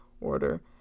order